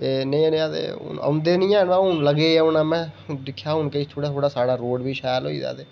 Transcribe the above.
ते औंदे निं हैन पर हून लगे औना ते दिक्खेआ प्ही साढ़ा रोड़ बी शैल होई दा ते